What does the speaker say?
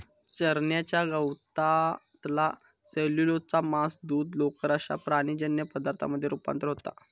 चरण्याच्या गवतातला सेल्युलोजचा मांस, दूध, लोकर अश्या प्राणीजन्य पदार्थांमध्ये रुपांतर होता